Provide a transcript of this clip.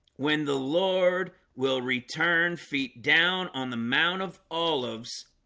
when the lord will return feet down on the mount of olives